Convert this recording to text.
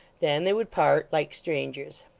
then they would part, like strangers.